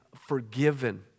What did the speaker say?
forgiven